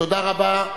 תודה רבה.